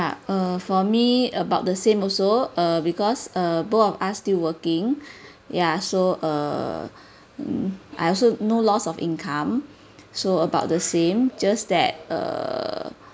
err for me about the same also uh because uh both of us still working ya so err mm I also no lots of income so about the same just that err